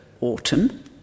autumn